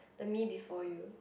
the Me before You